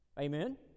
Amen